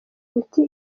ibiti